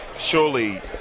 Surely